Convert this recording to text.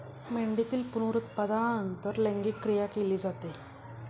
मेंढीतील पुनरुत्पादनानंतर लैंगिक क्रिया केली जाते